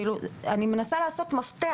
אני מנסה לעשות מפתח.